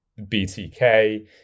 BTK